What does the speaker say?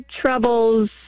troubles